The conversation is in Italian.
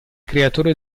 creatore